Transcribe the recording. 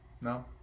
No